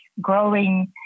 growing